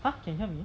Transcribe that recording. !huh! can hear me